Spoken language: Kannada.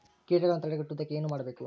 ಕೇಟಗಳನ್ನು ತಡೆಗಟ್ಟುವುದಕ್ಕೆ ಏನು ಮಾಡಬೇಕು?